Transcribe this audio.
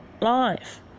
life